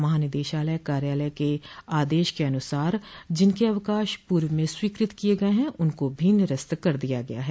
महानिदेशालय कार्यालय के आदेश क अनुसार जिनके अवकाश पूर्व में स्वीकृत किये गये हैं उनको भी निरस्त कर दिया गया है